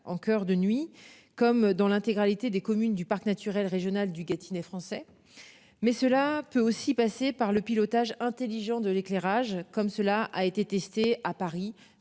en coeur de nuit comme dans l'intégralité des communes du parc naturel régional du Gâtinais français. Mais cela peut aussi passer par le pilotage intelligent de l'éclairage, comme cela a été testé à Paris